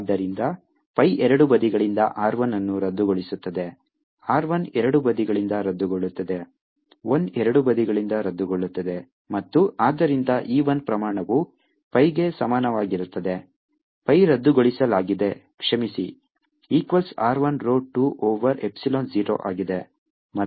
ಆದ್ದರಿಂದ pi ಎರಡೂ ಬದಿಗಳಿಂದ r 1 ಅನ್ನು ರದ್ದುಗೊಳಿಸುತ್ತದೆ r 1 ಎರಡೂ ಬದಿಗಳಿಂದ ರದ್ದುಗೊಳ್ಳುತ್ತದೆ l ಎರಡೂ ಬದಿಗಳಿಂದ ರದ್ದುಗೊಳ್ಳುತ್ತದೆ ಮತ್ತು ಆದ್ದರಿಂದ E 1 ಪ್ರಮಾಣವು pi ಗೆ ಸಮಾನವಾಗಿರುತ್ತದೆ pi ರದ್ದುಗೊಳಿಸಲಾಗಿದೆ ಕ್ಷಮಿಸಿ equals r 1 rho 2 over epsilon 0 ಆಗಿದೆ